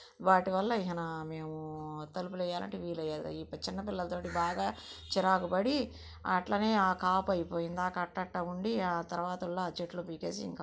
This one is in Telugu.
వాటివల్ల ఇక నా మేము ఆ తలుపులు వెయ్యాలంటే వీలు అయ్యేది ఈ చిన్నపిల్లలతోటి బాగా చిరాకు పడి అట్లనే ఆ కాపు అయిపోయింది ఆ కట్ట అట్టా ఉండి ఆ తర్వాతుల్లా ఆ చెట్లు పీకేసి ఇంక